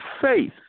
faith